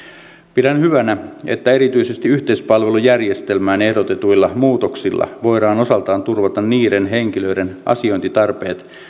pidän hyvänä että erityisesti yhteispalvelujärjestelmään ehdotetuilla muutoksilla voidaan osaltaan turvata niiden henkilöiden asiointitarpeet